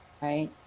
right